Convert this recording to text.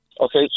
Okay